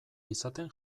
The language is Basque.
izaten